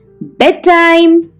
Bedtime